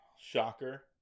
Shocker